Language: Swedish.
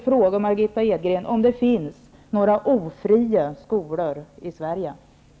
Finns det några ofria skolor i Sverige, Margitta